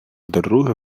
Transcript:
друге